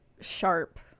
sharp